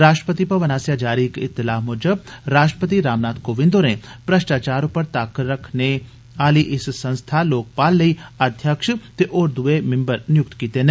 राष्ट्रपति भवन आसेया जारी इक इतलाह मुजब राष्ट्रपति रामनाथ कोविंद होरें भ्रष्टाचार पर तक्क रखने आली इस संस्था लोकपाल लेई अध्यक्ष ते होर दृए मिम्बर नियुक्त कीते न